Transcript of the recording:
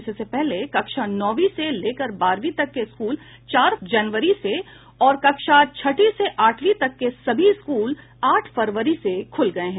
इससे पहले कक्षा नौवीं से लेकर बारहवीं तक के स्कूल चार जनवरी से और कक्षा छठी से आठवीं तक के सभी स्कूल आठ फरवरी से खुल गये हैं